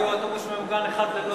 תביאו אוטובוס ממוגן אחד ללוד.